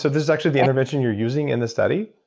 so this is actually the intervention you're using in the study?